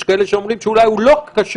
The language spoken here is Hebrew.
יש כאלה שאומרים שאולי הוא לא קשור,